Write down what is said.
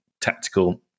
tactical